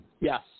Yes